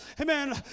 Amen